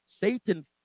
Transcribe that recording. Satan